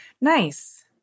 Nice